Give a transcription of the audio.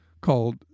called